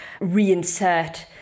reinsert